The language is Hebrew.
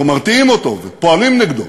אנחנו מרתיעים אותו ופועלים נגדו,